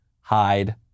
Hide